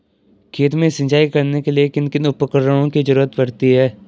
खेत में सिंचाई करने के लिए किन किन उपकरणों की जरूरत पड़ती है?